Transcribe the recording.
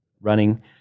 running